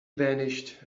vanished